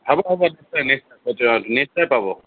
হ'ব হ'ব নিশ্চয় নিশ্চয় নিশ্চয় পাব